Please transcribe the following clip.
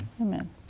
Amen